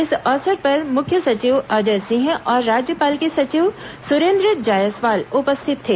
इस अवसर पर मुख्य सचिव अजय सिंह और राज्यपाल के सचिव सुरेन्द्र जायसवाल उपस्थित थे